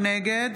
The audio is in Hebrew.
נגד